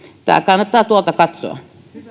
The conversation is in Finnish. tämä kannattaa tuolta katsoa